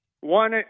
One